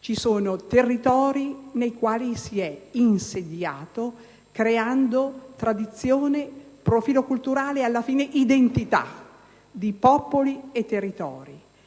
Ci sono territori nei quali si è insediato, creando tradizione, profilo culturale e, alla fine, identità di popoli e territori.